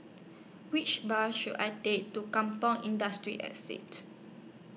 Which Bus should I Take to Kampong Industry Estate